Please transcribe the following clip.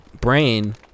brain